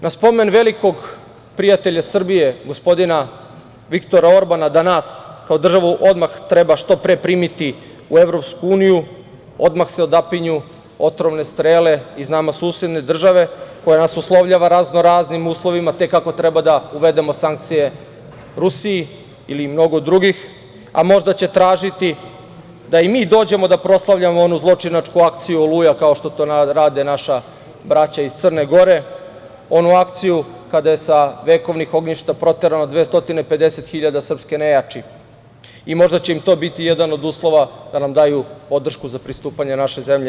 Na spomen velikog prijatelja Srbije gospodina Viktora Orbana, da nas kao državu odmah treba što pre primiti u EU, odmah se odapinju otrovne strele iz nama susedne države, koja nas uslovljava raznoraznim uslovima, te kako treba da uvedemo sankcije Rusiji ili mnogo drugih, a možda će tražiti da i mi dođemo da proslavljamo onu zločinačku akciju „Oluja“, kao što to rade naša braća iz Crne Gore, onu akciju kada je sa vekovnih ognjišta proterano 250 hiljada srpske nejači i možda će im i to biti jedan od uslova da nam daju podršku za pristupanje naše zemlje EU.